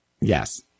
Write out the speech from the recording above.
Yes